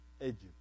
Egypt